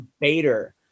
Bader